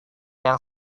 yang